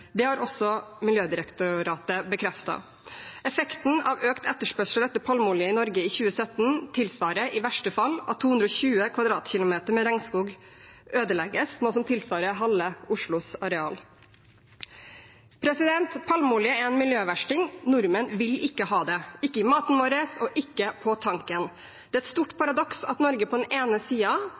Det har også Miljødirektoratet bekreftet. Effekten av økt etterspørsel etter palmeolje i Norge i 2017 tilsvarer i verste fall at 220 km2 regnskog ødelegges, noe som tilsvarer halve Oslos areal. Palmeolje er en miljøversting. Nordmenn vil ikke ha den – ikke i maten sin og ikke på tanken. Det er et stort paradoks at Norge på den ene